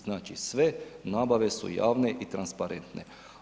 Znači sve nabave su javne i transparentne.